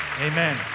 Amen